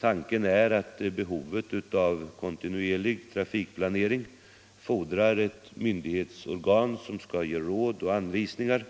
Tanken är att behovet av en kontinuerlig trafikplanering fordrar ett myndighetsorgan som ger råd och anvisningar samt